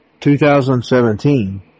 2017